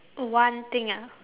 oh one thing ah